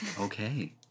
Okay